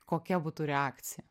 kokia būtų reakcija